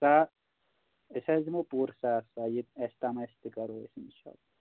سا أسۍ حظ دِمو پوٗرٕ ساتھ سا یہِ اَسہِ تام آسہِ تہِ کَرو أسۍ اِنشاءاللہ